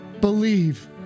believe